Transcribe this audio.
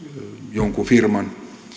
jonkin firman